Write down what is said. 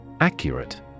Accurate